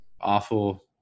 awful